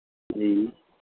ਜੀ